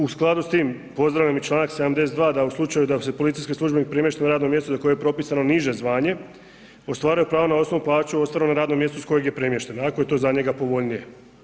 U skladu s tim pozdravljam i Članak 72. da u slučaju da ako se policijski službenik premješta na radno mjesto za koje je propisano niže zvanje ostvaruje pravo na osnovnu plaću ostvarenu na radnom mjestu s kojeg premješten ako je to za njega povoljnije.